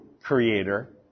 creator